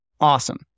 Awesome